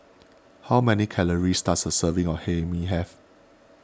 how many calories does a serving of Hae Mee have